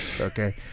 okay